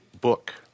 book